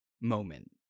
moment